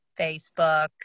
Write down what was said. facebook